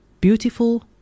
beautiful